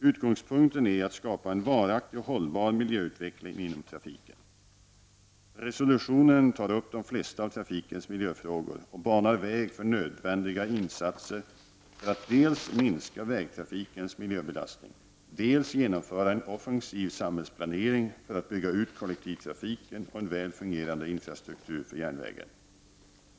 Utgångspunkten är att skapa en varaktig och hållbar miljöutveckling inom trafiken. Resolutionen tar upp de flesta av trafikens miljöfrågor och banar väg för nödvändiga insatser för att dels minska vägtrafikens miljöbelastning, dels genomföra en offensiv samhällsplanering för att bygga ut kollektivtrafiken och en väl fungerande infrastruktur för järnvägen.